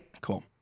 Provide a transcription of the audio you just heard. Cool